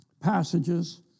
passages